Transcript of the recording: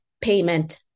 payment